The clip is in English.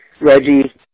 Reggie